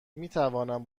میتوانم